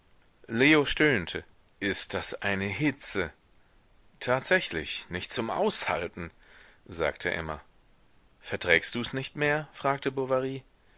leo stöhnte ist das eine hitze tatsächlich nicht zum aushalten sagte emma verträgst dus nicht mehr fragte